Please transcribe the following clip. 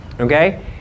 okay